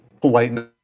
politeness